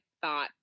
thought